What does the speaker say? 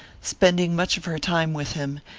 spending much of her time with him,